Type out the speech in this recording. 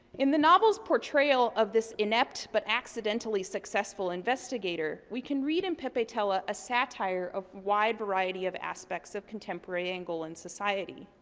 in the novel's portrayal of this inept but accidentally successful investigator, we can read in pepetela a satire of a wide variety of aspects of contemporary angolan society.